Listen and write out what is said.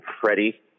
Freddie